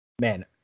Man